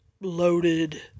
loaded